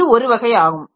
இது ஒரு வகை ஆகும்